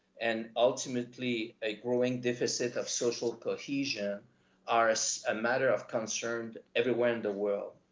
and ultimately a growing deficit of social cohesion are as a matter of concern everywhere in the world.